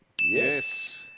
Yes